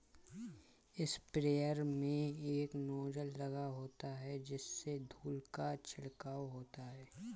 sprayer में एक nozzle लगा होता है जिससे धूल का छिड़काव होता है